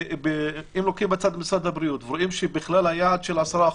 אם לוקחים בצד את משרד הבריאות ורואים שבכלל היעד של 10%,